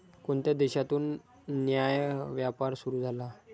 कोणत्या देशातून न्याय्य व्यापार सुरू झाला?